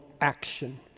action